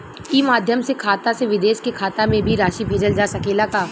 ई माध्यम से खाता से विदेश के खाता में भी राशि भेजल जा सकेला का?